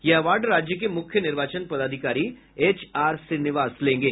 यह अवॉर्ड राज्य के मुख्य निर्वाचन पदाधिकारी एच आर श्रीनिवास लेगें